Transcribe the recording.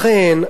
לכן,